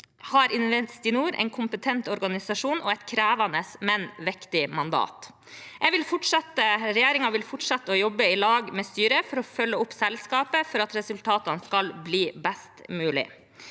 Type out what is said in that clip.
er Investinor en kompetent organisasjon og har et krevende, men viktig mandat. Regjeringen vil fortsette å jobbe sammen med styret for å følge opp selskapet for at resultatene skal bli best mulig.